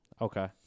Okay